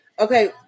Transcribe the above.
Okay